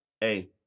hey